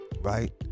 Right